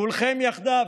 כולכם יחדיו.